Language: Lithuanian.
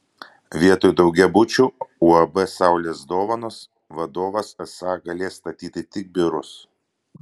vietoj daugiabučių uab saulės dovanos vadovas esą galės statyti tik biurus